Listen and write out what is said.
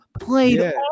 played